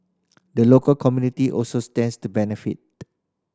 the local community also stands to benefit